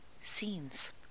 Scenes